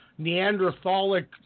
Neanderthalic